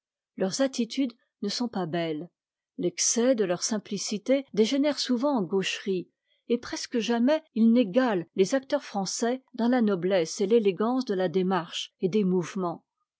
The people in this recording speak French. leurs attitudes ne sont pas belles l'excès de leur simplicité dégénère souvent en gaucherie et presque jamais ils n'égalent les acteurs français dans la noblesse et t'étégance de la démarche et des mouvements